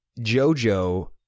Jojo